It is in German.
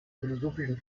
philosophischen